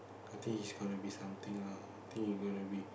I think it's going to be something lah think it gonna be